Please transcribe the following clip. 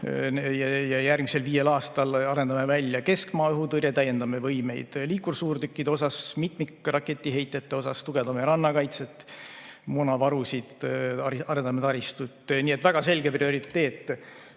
Ja järgmisel viiel aastal arendame välja keskmaa õhutõrje, täiendame võimeid liikursuurtükkide osas, mitmikraketiheitjate osas, tugevdame rannakaitset, suurendame moonavarusid ja arendame taristut. Nii et väga selge prioriteet.